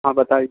हाँ बताईए